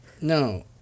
No